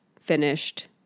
finished